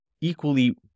equally